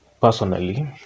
personally